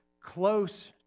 close